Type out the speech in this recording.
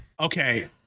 Okay